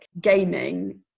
gaming